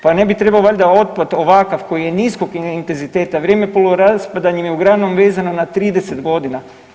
Pa ne bi trebao valjda otpad ovakav koji je niskog intenziteta, vrijeme raspada je uglavnom vezano na 30 godina.